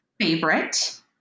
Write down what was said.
favorite